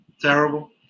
terrible